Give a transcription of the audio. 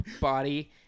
body